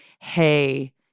hey